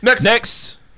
Next